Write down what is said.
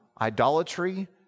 Idolatry